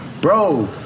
Bro